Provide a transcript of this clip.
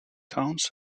towns